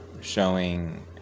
showing